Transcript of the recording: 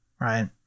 right